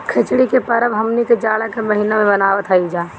खिचड़ी के परब हमनी के जाड़ा के महिना में मनावत हई जा